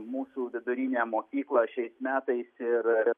mūsų vidurinę mokyklą šiais metais ir